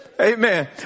Amen